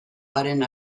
haren